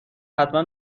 حتما